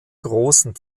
großen